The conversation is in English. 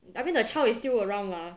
I mean the child is still around lah